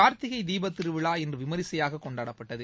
கார்த்திகை தீப திருவிழா இன்று விமர்சையாக கொண்டாடப்பட்டது